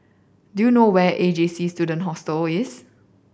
do you know where A J C Student Hostel